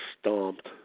stomped